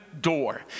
door